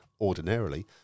ordinarily